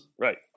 Right